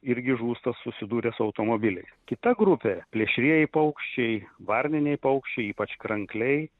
irgi žūsta susidūrę su automobiliais kita grupė plėšrieji paukščiai varniniai paukščiai ypač krankliai